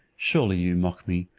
surely you mock me.